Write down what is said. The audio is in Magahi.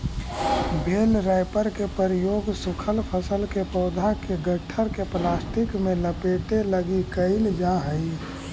बेल रैपर के प्रयोग सूखल फसल के पौधा के गट्ठर के प्लास्टिक में लपेटे लगी कईल जा हई